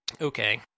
okay